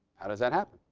how does that happen?